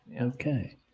okay